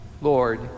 Lord